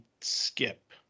skip